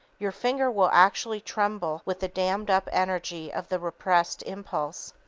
your finger will actually tremble with the dammed-up energy of the repressed impulse.